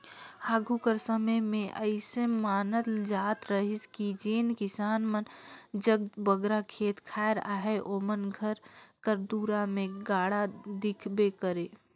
आघु कर समे मे अइसे मानल जात रहिस कि जेन किसान मन जग बगरा खेत खाएर अहे ओमन घर कर दुरा मे गाड़ा दिखबे करे